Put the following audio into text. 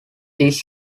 this